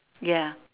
ya